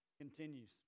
Continues